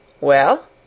Well